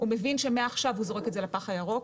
מבין שמעכשיו הוא זורק את זה לפח הירוק,